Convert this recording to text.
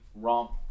romp